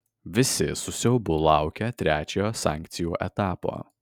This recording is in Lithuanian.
visi su siaubu laukia trečiojo sankcijų etapo